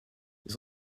ils